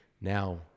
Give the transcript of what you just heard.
Now